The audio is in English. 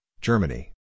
Germany